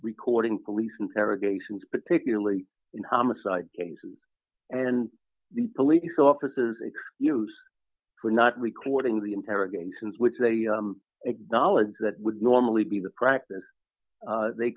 recording police interrogations particularly in homicide cases and the police officers in use for not recording the interrogations which they acknowledge that would normally be the practice they